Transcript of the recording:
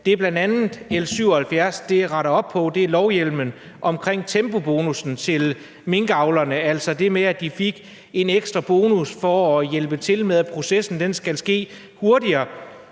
det, bl.a. L 77 retter op på, er lovhjemlen omkring tempobonussen til minkavlerne – altså det med, at de fik en ekstra bonus for at hjælpe til med, at processen skulle ske hurtigere.